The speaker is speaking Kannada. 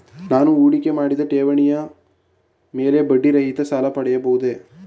ನಾನು ಹೂಡಿಕೆ ಮಾಡಿದ ಠೇವಣಿಯ ಮೇಲೆ ಬಡ್ಡಿ ರಹಿತ ಸಾಲ ಪಡೆಯಬಹುದೇ?